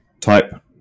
Type